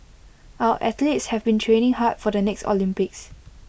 our athletes have been training hard for the next Olympics